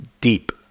deep